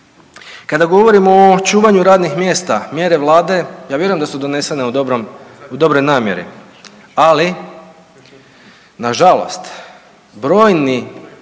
Kada govorimo o očuvanju radnih mjesta mjere Vlade ja vjerujem da su donesene u dobroj namjeri, ali na žalost brojni